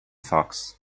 fox